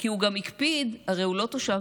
כי הוא גם הקפיד, הרי הוא לא היה תושב